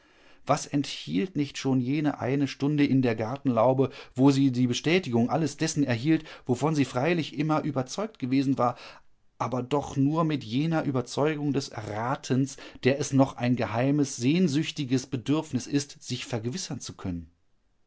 was enthielt nicht schon jene eine stunde in der gartenlaube wo sie die bestätigung alles dessen erhielt wovon sie freilich immer überzeugt gewesen war aber doch nur mit jener überzeugung des erratens der es noch ein geheimes sehnsüchtiges bedürfnis ist sich vergewissern zu können